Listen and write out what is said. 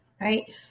Right